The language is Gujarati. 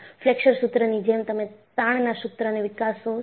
ફ્લેક્સર સૂત્રની જેમ તમે તાણના સૂત્રને વિકસાવો છો